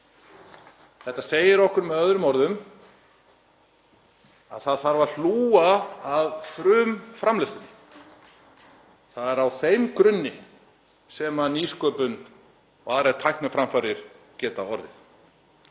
Þetta segir okkur með öðrum orðum að það þarf að hlúa að frumframleiðslunni. Það er á þeim grunni sem nýsköpun og aðrar tækniframfarir geta orðið.